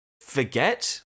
forget